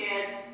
Kids